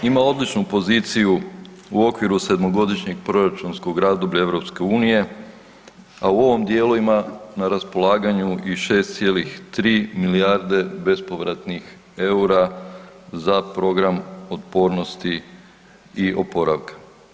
Ima odličnu poziciju u okviru sedmogodišnjeg proračunskog razdoblja EU, a u ovom dijelu ima na raspolaganju i 6,3 milijarde bespovratnih EUR-a za program otpornosti i opravka.